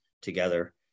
together